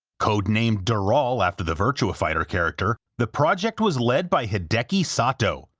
code-named dural after the virtua fighter character, the project was led by hideki sato,